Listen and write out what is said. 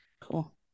cool